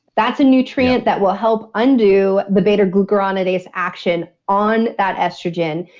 that's a nutrient that will help undo the beta glucuronidase action on that estrogen.